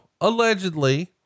allegedly